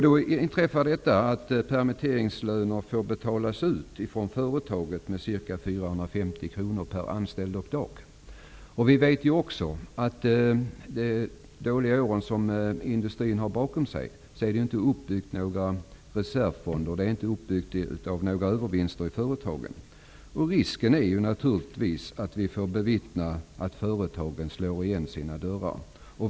Då inträffar detta att permitteringslöner måste betalas ut av företaget med ca 450 kr per anställd och dag. Vi vet att det under de dåliga år som industrin har bakom sig inte har kunnat byggas upp några reservfonder, det är inga övervinster i företagen. Risken är naturligtvis att vi får bevittna att företagen slår igen sina dörrar.